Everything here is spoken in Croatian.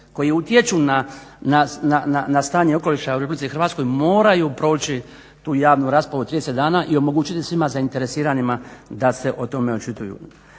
koji utječu na stanje okoliša u RH moraju proći tu javnu raspravu od 30 dana i omogućiti svima zainteresiranima da se o tome očituju.